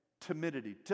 Timidity